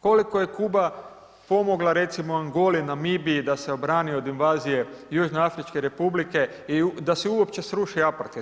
Koliko je Kuba pomogla, recimo Angoliji, Namibiji da se obrani od invazije Južnoafričke Republike i da se uopće sruši Aparted.